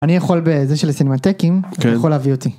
אני יכול בזה של סינמטקים, הוא יכול להביא אותי.